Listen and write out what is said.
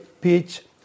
pitch